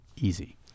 easy